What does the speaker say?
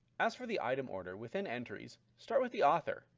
as for the item order within entries, start with the author,